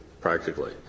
practically